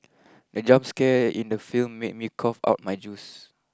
the jump scare in the film made me cough out my juice